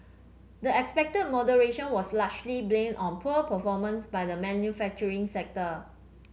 the expected moderation was largely blamed on poor performance by the manufacturing sector